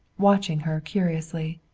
watching her curiously.